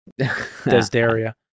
Desdaria